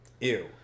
ew